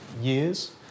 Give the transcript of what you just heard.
years